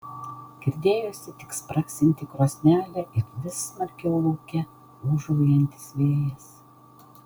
girdėjosi tik spragsinti krosnelė ir vis smarkiau lauke ūžaujantis vėjas